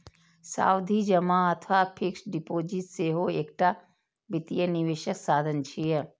सावधि जमा अथवा फिक्स्ड डिपोजिट सेहो एकटा वित्तीय निवेशक साधन छियै